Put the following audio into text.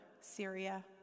Syria